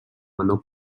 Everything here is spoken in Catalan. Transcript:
menor